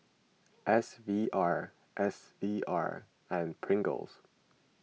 S V R S V R and Pringles